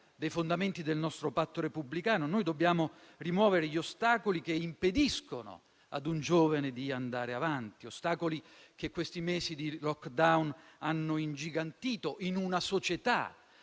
democrazia e del nostro patto repubblicano. Dobbiamo infatti rimuovere gli ostacoli che impediscono ad un giovane di andare avanti, ostacoli che questi mesi di *lockdown* hanno ingigantito, in una società